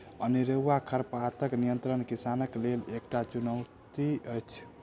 अनेरूआ खरपातक नियंत्रण किसानक लेल एकटा चुनौती अछि